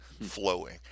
flowing